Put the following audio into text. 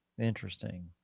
Interesting